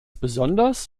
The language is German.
besonders